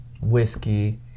whiskey